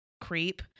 creep